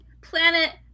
Planet